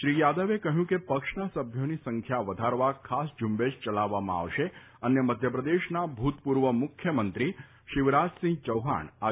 શ્રી યાદવે કહ્યું કે પક્ષના સભ્યોની સંખ્યા વધારવા ખાસ ઝુંબેશ ચલાવવામાં આવશે અને મધ્યપ્રદેશના ભૂતપૂર્વ મુખ્યમંત્રી શિવરાજસિંહ ચૌહાણ આ ઝુંબેશના વડા રહેશે